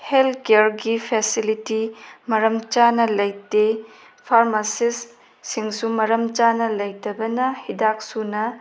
health ꯀꯤꯌꯔꯒꯤ facility ꯃꯔꯝꯆꯥꯅ ꯂꯩꯇꯦ ꯐꯥꯔꯃꯥꯁꯤꯁ ꯁꯤꯡꯁꯨ ꯃꯔꯝꯆꯥꯅ ꯂꯩꯇꯕꯅ ꯍꯤꯗꯥꯛ ꯁꯨꯅ